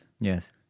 Yes